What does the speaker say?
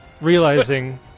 realizing